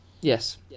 Yes